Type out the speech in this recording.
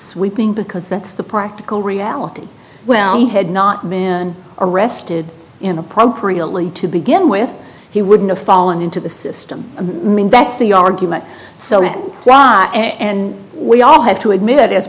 it's weeping because that's the practical reality well head not been arrested in appropriately to begin with he wouldn't of fallen into the system mean that's the argument so and we all have to admit